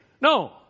No